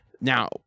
now